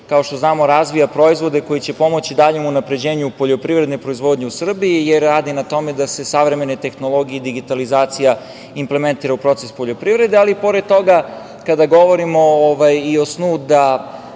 kao što znamo, razvija proizvode koji će pomoći daljem unapređenju poljoprivredne proizvodnje u Srbiji jer radi na tome da se savremene tehnologije i digitalizacija implementira u proces poljoprivrede. Ali, pored toga, kada govorimo i o snu da